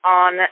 on